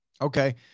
Okay